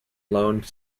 lone